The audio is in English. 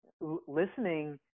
listening